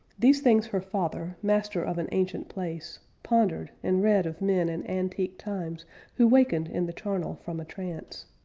these things her father, master of an ancient place, pondered, and read of men in antique times who wakened in the charnel from a trance.